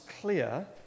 clear